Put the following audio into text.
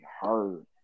heard